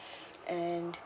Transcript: and